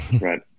Right